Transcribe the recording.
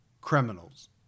criminals